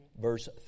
verse